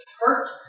hurt